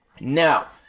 Now